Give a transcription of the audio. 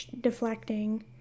deflecting